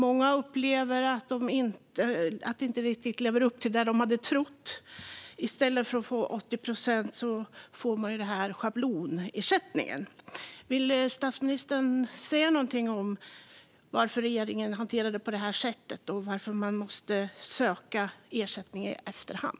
Många upplever att det inte riktigt lever upp till det som de hade trott. I stället för att få 80 procent får man en schablonersättning. Kan statsministern säga någonting om varför regeringen har hanterat det på detta sätt och varför man måste söka ersättning i efterhand?